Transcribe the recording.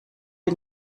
bin